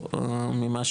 או ממה